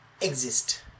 exist